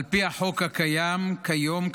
על פי החוק הקיים כיום,